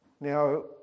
Now